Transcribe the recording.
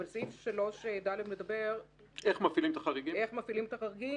אבל סעיף 3ד קובע איך מפעילים את החריגים